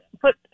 put